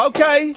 Okay